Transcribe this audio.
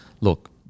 look